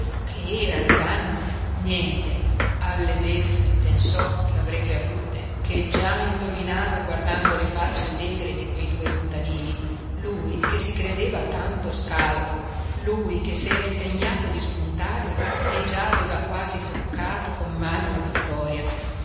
che era il danno niente alle beffe pensò che avrebbe avute che già indovinava guardando le facce allegre di quei due contadini lui che si credeva tanto scaltro lui che s'era impegnato di spuntarla e già aveva quasi toccato con mano la vittoria